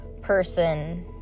person